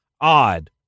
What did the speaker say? odd